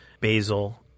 basil